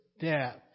death